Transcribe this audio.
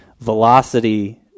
Velocity